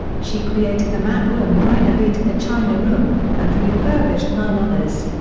she created the map room and renovated the china room, and refurbished nine others.